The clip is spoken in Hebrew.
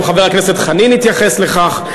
גם חבר הכנסת חנין התייחס לכך,